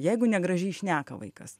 jeigu negražiai šneka vaikas